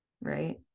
right